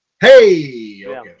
Hey